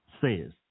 says